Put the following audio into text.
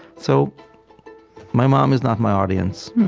so my mom is not my audience.